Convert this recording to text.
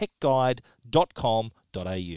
techguide.com.au